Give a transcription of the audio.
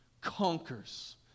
conquers